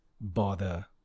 bother